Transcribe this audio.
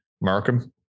Markham